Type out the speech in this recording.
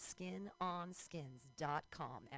SkinOnSkins.com